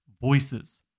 voices